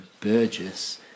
Burgess